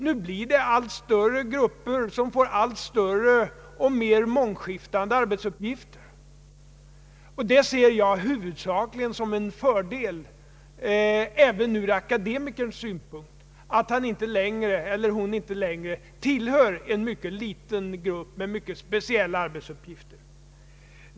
Nu blir de allt större grupper som får allt större och mera mångskiftande arbetsuppgifter. Det ser jag huvudsakligen som en fördel även från akademikerns synpunkt — att han eller hon inte längre tillhör en mycket liten grupp med mycket speciella arbetsuppgifter.